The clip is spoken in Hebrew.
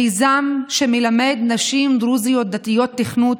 מיזם שמלמד נשים דרוזיות דתיות תכנות,